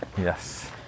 Yes